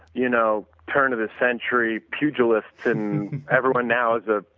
you know, turn-of the century pugilists and everyone now is a,